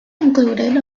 included